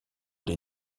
des